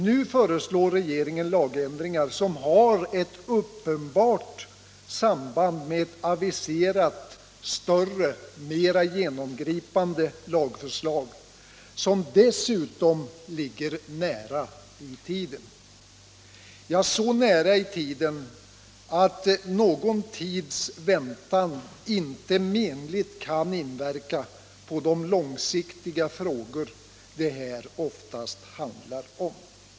Nu föreslår regeringen lagändringar som har ett uppenbart samband med ett aviserat större och mera genomgripande lagförslag, som dessutom ligger nära i tiden, ja, så nära i tiden att någon tids väntan inte menligt kan inverka på de långsiktiga frågor det här oftast handlar om.